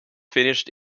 finished